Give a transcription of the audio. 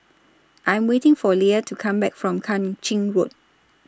I Am waiting For Leah to Come Back from Kang Ching Road